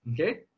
okay